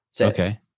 okay